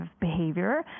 behavior